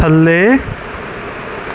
ਥੱਲੇ